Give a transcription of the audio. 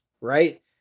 right